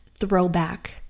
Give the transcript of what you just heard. throwback